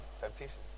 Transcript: temptations